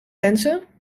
lenzen